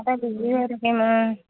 তাতে বিজি হৈ থাকিম ও